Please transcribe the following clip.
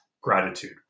gratitude